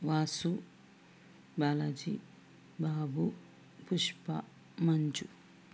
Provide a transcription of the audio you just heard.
Vasu Balaji Babu Pushpa Manju